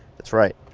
that's right.